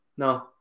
No